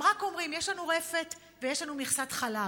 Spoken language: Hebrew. הם רק אומרים: יש לנו רפת ויש לנו מכסת חלב,